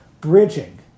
bridging